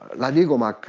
legal ah